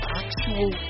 actual